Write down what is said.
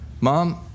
Mom